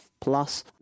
plus